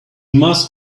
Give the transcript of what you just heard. must